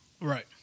Right